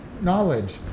knowledge